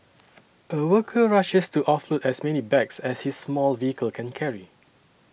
a worker rushes to off as many bags as his small vehicle can carry